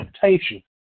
temptation